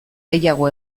gehiago